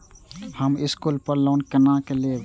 हम स्कूल पर लोन केना लैब?